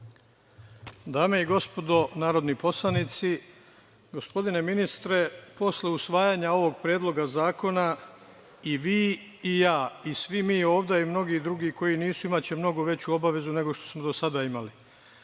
Dame i gospodo narodni poslanici, gospodine ministre, posle usvajanja ovog predloga zakona i vi i ja i svi mi ovde i mnogi drugi koji nisu, imaće mnogo veću obavezu nego što su do sada imali. Ovo